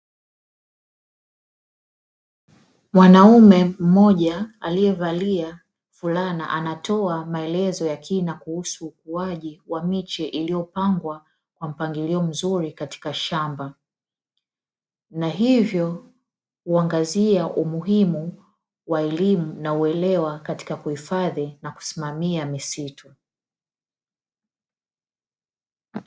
Mwanaume mmoja aliyevalia fulana anatoa maelezo ya kina kuhusu ukuaji wa miche iliyopangwa kwa mpangilio mzuri katika shamba. Na hivyo huangazia umuhimu wa elimu na uelewa katika kuhifadhi na kusimamia misitu.